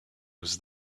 was